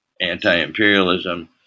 anti-imperialism